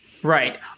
Right